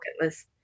list